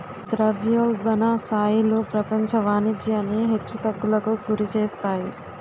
ద్రవ్యోల్బణ స్థాయిలు ప్రపంచ వాణిజ్యాన్ని హెచ్చు తగ్గులకు గురిచేస్తాయి